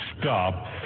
Stop